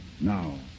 Now